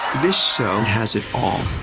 this show has it all.